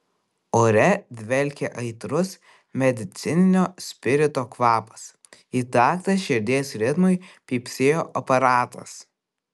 ore dvelkė aitrus medicininio spirito kvapas į taktą širdies ritmui pypsėjo aparatas